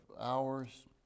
hours